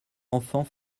enfant